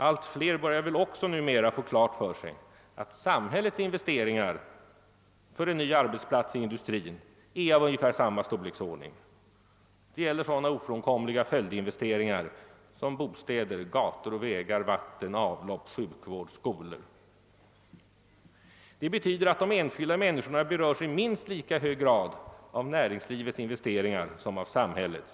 Allt fler börjar väl också numera få klart för sig att samhällets investeringar för en ny arbetsplats i industrin är av ungefär samma storleksordning. Det gäller sådana ofrånkomliga följdinvesteringar som bostäder, gator, vägar, vatten och avlopp, sjukvård och skolor. Detta betyder att de enskilda människorna berörs i minst lika hög grad av näringslivets investeringar som av samhällets.